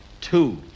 two